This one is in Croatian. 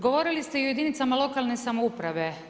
Govorili ste i o jedinicama lokalne samouprave.